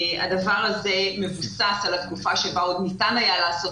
הדבר הזה מבוסס על התקופה בה עוד ניתן היה לעשות